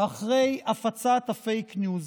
אחרי הפצת הפייק ניוז.